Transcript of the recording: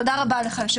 תודה רבה לך.